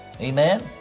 Amen